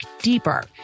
deeper